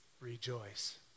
rejoice